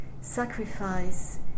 sacrifice